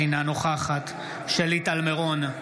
אינה נוכחת שלי טל מירון,